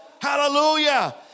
Hallelujah